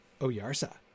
Oyarsa